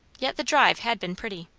yet the drive had been pretty!